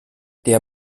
der